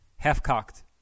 Half-cocked